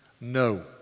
No